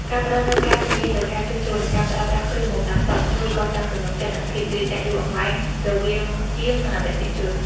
ការផ្តល់នូវការធានាលើការជួសជុល និងការប្រើប្រាស់គ្រឿងបន្លាស់សុទ្ធ ជួយកសាងទំនុកចិត្ត និងភាពជឿជាក់យូរអង្វែងរវាងជាង និងអតិថិជន។